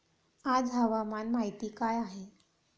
आज हवामान माहिती काय आहे?